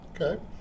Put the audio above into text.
Okay